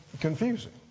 confusing